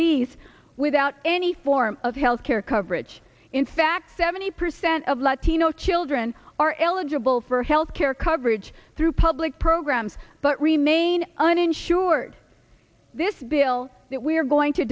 these without any form of health care coverage in fact seventy percent of latino children are eligible for health care coverage through public programs but remain uninsured this bill that we're going to